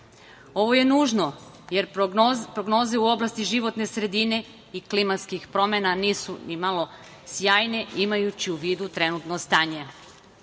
Ovo je nužno, jer prognoze u oblasti životne sredine i klimatskih promena nisu nimalo sjajne, imajući u vidu trenutno